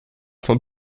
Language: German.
von